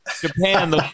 japan